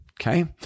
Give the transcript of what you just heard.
okay